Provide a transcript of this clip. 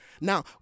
Now